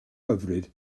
hyfryd